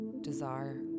desire